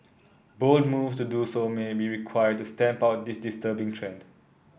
bold moves to do so may be required to stamp out this disturbing trend